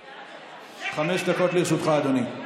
חמש דקות לרשותך, אדוני.